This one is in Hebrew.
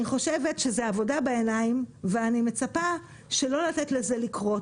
אני חושבת שזה עבודה בעיניים ואני מצפה שלא לתת לזה לקרות,